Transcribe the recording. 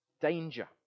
danger